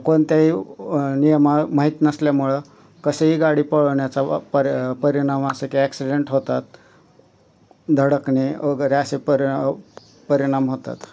कोणत्याही नियमा माहीत नसल्यामुळं कसेही गाडी पळवण्याचा पर प परिणाम असं की ॲक्सिडेंट होतात धडकणे वगैरे असे परि परिणाम होतात